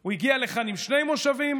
הוא הגיע לכאן עם שני מושבים.